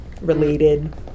related